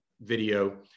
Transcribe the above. video